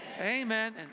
Amen